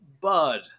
bud